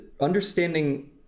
understanding